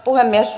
puhemies